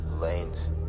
lanes